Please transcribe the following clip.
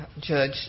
Judge